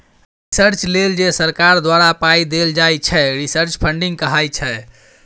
research लेल जे सरकार द्वारा पाइ देल जाइ छै रिसर्च फंडिंग कहाइ छै